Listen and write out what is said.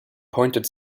pointed